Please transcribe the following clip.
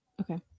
Okay